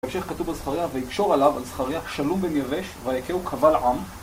בהמשך כתוב על זכריה ויקשור עליו על זכריה שלום בן יבש ויכהו קבל עם